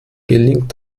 gelingt